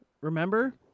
Remember